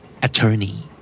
attorney